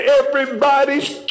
everybody's